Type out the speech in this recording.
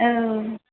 औ